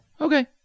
Okay